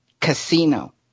Casino